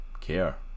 care